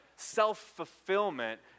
self-fulfillment